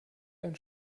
ein